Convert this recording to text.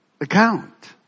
account